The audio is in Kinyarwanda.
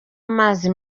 amazi